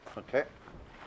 okay